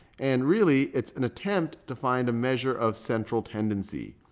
and really it's an attempt to find a measure of central tendency.